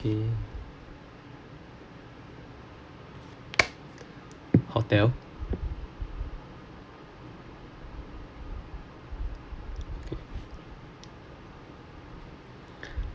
okay hotel